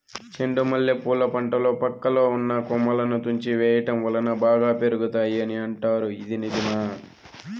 చెండు మల్లె పూల పంటలో పక్కలో ఉన్న కొమ్మలని తుంచి వేయటం వలన బాగా పెరుగుతాయి అని అంటారు ఇది నిజమా?